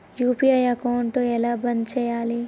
UPI account ఎలా బంద్ చేయాలి?